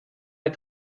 der